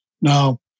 Now